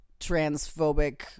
Transphobic